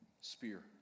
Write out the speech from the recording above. spear